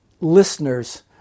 listeners